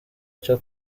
cyo